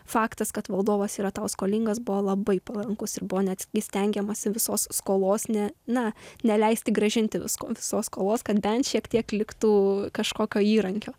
faktas kad valdovas yra tau skolingas buvo labai palankūs ir buvo netgi stengiamasi visos skolos ne na neleisti grąžinti visko visos kovos kad bent šiek tiek liktų kažkokio įrankio